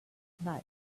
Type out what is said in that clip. night